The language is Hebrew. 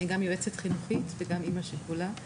אני גם יועצת חינוכית וגם אימא שכולה,